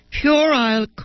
puerile